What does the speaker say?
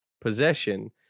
possession